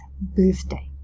birthday